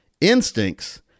instincts